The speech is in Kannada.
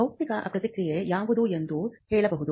ಬೌದ್ಧಿಕ ಪ್ರಕ್ರಿಯೆ ಯಾವುದು ಎಂದು ಹೇಳಬಹುದು